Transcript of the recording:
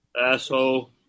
asshole